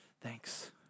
Thanks